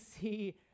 see